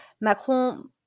Macron